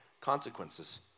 consequences